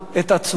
את עצמו.